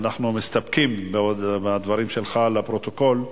ואנחנו מסתפקים בדברים שלך לפרוטוקול,